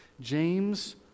James